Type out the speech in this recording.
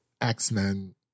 X-Men